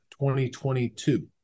2022